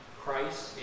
Christ